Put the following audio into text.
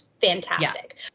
fantastic